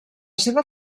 seva